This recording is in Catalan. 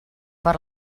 per